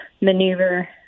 maneuver